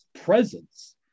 presence